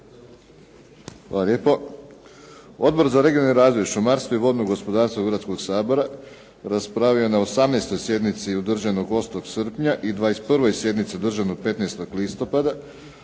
Hvala lijepo. Odbor za regionalni razvoj, šumarstvo i vodno gospodarstvo Hrvatskog sabora raspravio je na 18. sjednici održanoj 8. srpnja i 21. sjednici održanoj 15. listopada